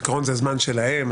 בעיקרון זה הזמן שלהם,